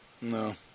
No